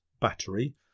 battery